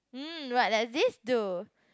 mm what does this do